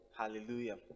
Hallelujah